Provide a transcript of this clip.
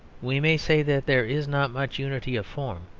we may say that there is not much unity of form,